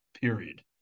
period